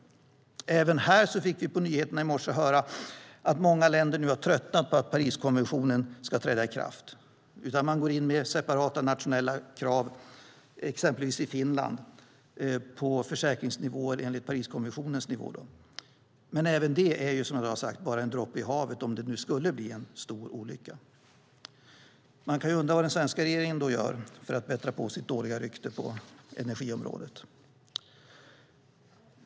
Även här fick vi på nyheterna i morse höra att många länder nu har tröttnat på att Pariskonventionen ska träda i kraft. Man går in med separata nationella krav, exempelvis i Finland, på försäkringsnivåer enligt Pariskonventionen. Men även det är som sagt bara en droppe i havet om det skulle bli en stor olycka. Man kan undra vad den svenska regeringen då gör för att bättra på sitt dåliga rykte på energiområdet.